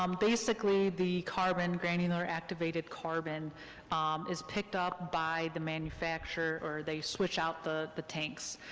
um basically, the carbon, granular activated carbon is picked up by the manufacturer, or they switch out the the tanks,